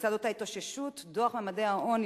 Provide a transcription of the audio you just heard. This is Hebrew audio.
לצד אותה התאוששות, דוח ממדי העוני